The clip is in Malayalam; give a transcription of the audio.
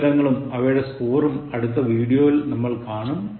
ഉത്തരങ്ങളും അവയുടെ സ്കോറും അടുത്ത വീഡിയോയിൽ നമ്മൾ കാണും